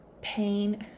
pain